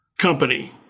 company